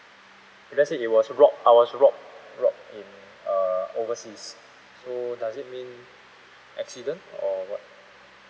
if let's say it was robbed I was robbed robbed in err overseas so does it mean accident or what